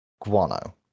Guano